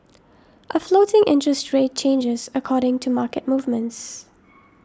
a floating interest rate changes according to market movements